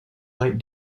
light